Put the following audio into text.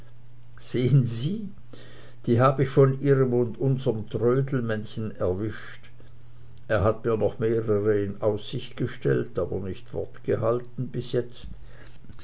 sehen sie die hab ich von ihrem und unserm trödelmännchen erwischt er hat mir noch mehrere in aussicht gestellt aber nicht wort gehalten bis jetzt